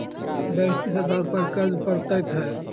Bank किस आधार पर कर्ज पड़तैत हैं?